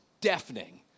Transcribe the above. deafening